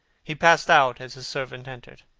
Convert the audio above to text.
he passed out as his servant entered.